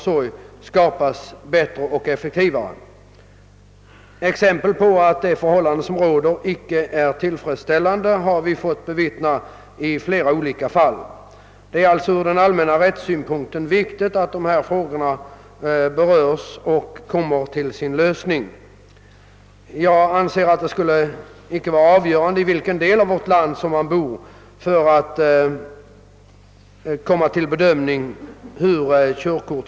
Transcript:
Det finns många exempel på att det förhållande som nu råder inte är tillfredsställande. Från allmän rättssäkerhetssynpunkt är det därför angeläget att frågan löses. Det avgörande får inte vara vilken del av landet som man råkar bo i.